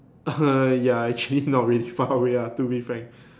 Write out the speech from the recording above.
ya actually not really far away we have to be frank